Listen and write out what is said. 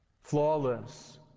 flawless